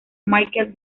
michael